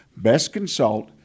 bestconsult